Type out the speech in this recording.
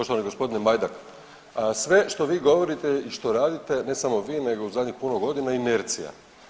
Poštovani gospodine Majdak sve što vi govorite i što radite, ne samo vi, nego u zadnjih puno godina inercija.